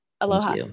Aloha